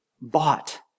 bought